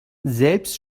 selbst